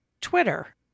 Twitter